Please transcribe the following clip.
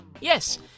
Yes